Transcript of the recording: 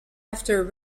after